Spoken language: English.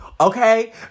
Okay